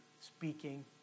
speaking